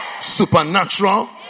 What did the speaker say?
Supernatural